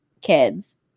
kids